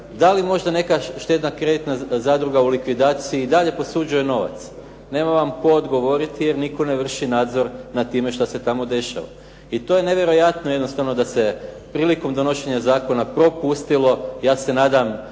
da li možda neka štedno-kreditna zadruga u likvidaciji i dalje posuđuje novac? Nema vam tko odgovoriti jer nitko ne vrši nadzor nad time što se tamo dešava i to je nevjerojatno jednostavno da se prilikom donošenja zakona propustilo, ja se nadam,